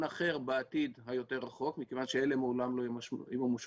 אחר בעתיד היותר רחוק מכיוון שאלה לעולם לא ימומשו,